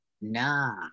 Nah